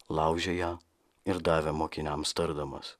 laužė ją ir davė mokiniams tardamas